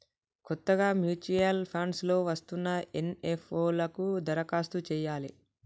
కొత్తగా mutual funds లో వస్తున్న ఎన్.ఎఫ్.ఓ లకు దరఖాస్తు చెయ్యాలే